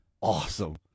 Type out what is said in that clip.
awesome